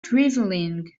drivelling